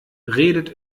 redet